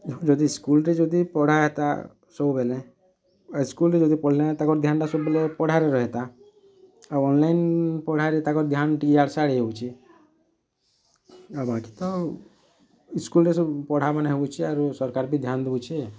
ଯଦି ସ୍କୁଲରେ ପଢ଼ା ହୁଅନ୍ତା ସବୁବେଳେ ସ୍କୁଲରେ ଯଦି ପଢ଼ିଲେ ତାଙ୍କର ଧ୍ୟାନଟା ପଢ଼ାରେ ରୁହନ୍ତା ଆଉ ଅନ୍ଲାଇନ୍ ପଢ଼ାରେ ତାଙ୍କର ଧ୍ୟାନଟି ଇଆଡ଼େ ସିଆଡ଼େ ହୋଇ ଯାଉଛି ବାକିତକ ତ ସ୍କୁଲରେ ପଢ଼ାହେଉଛି ସରକାର୍ ବି ଧ୍ୟାନ ଦେଉଛି